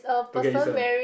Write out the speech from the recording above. okay it's a